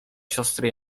siostry